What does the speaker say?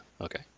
Okay